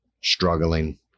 struggling